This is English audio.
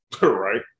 Right